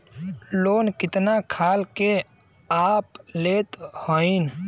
Loan कितना खाल के आप लेत हईन?